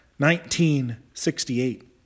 1968